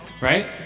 right